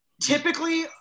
Typically